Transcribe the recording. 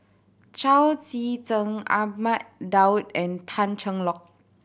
Chao Tzee Cheng Ahmad Daud and Tan Cheng Lock